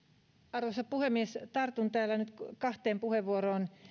arvoisa puhemies tartun tässä nyt kahteen puheenvuoroon ensinnäkin